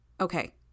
Okay